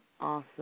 awesome